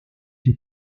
les